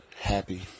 happy